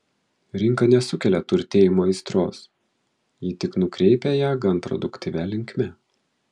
rinka nesukelia turtėjimo aistros ji tik nukreipia ją gan produktyvia linkme